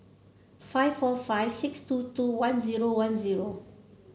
five four five six two two one zero one zero